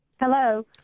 Hello